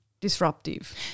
disruptive